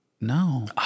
No